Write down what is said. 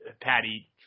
Patty